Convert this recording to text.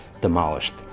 demolished